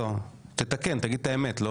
תתקן תגיד את האמת,